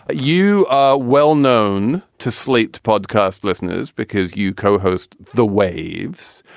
ah you are well known to slate podcast listeners because you co-host the waves,